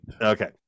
okay